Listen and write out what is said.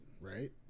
right